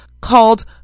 called